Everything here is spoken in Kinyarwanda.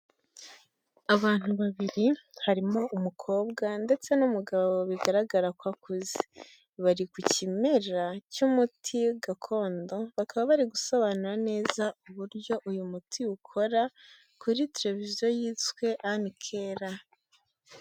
Abantu babiri, harimo umukobwa ndetse n'umugabo bigaragara ko akuze, bari ku kimera cy'umuti gakondo bakaba bari gusobanura neza uburyo uyu muti ukora kuri televiziyo yiswe ani kera.